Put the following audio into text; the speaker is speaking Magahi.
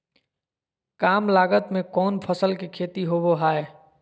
काम लागत में कौन फसल के खेती होबो हाय?